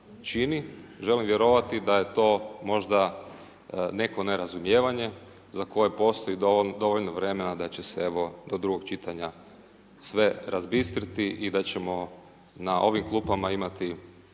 Želim vjerovati da je to možda neko nerazumijevanje, za koje postoji dovoljno vremena, da će se evo, do drugog čitanja sve razbistriti i da ćemo na ovim klupama imati